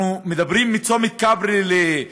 אנחנו מדברים על הקטע מצומת כברי למעלות-תרשיחא,